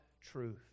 truth